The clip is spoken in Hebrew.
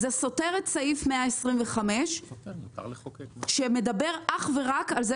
זה סותר את סעיף 125 שמדבר אך ורק על זה